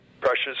precious